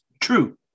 True